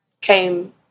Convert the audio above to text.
came